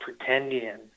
pretendian